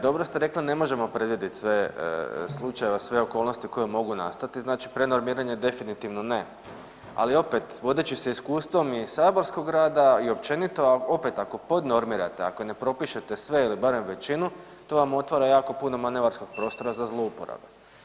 Dobro ste rekli, ne možemo predvidjeti sve slučajeve, sve okolnosti koje mogu nastati, znači prenormiranje definitivno ne, ali opet, vodeći se iskustvom i saborskog rada i općenito, a opet, ako podnormirate, ako ne propišete sve ili barem većinu, to vam otvara jako puno manevarskog prostora za zlouporabu.